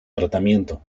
tratamiento